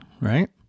right